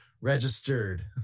registered